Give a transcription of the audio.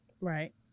right